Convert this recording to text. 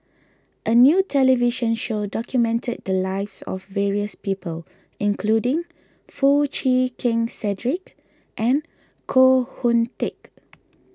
a new television show documented the lives of various people including Foo Chee Keng Cedric and Koh Hoon Teck